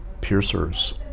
piercers